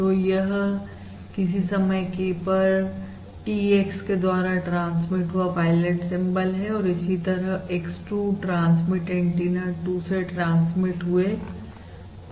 तो यह किसी समय k पर Tx के द्वारा ट्रांसमीट हुए पायलट सिंबल है और इसी तरह x2 ट्रांसमीट एंटीना 2 से ट्रांसमिट हुए पायलट सिंबल है